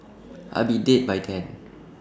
I'll be dead by then